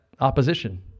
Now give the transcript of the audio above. Opposition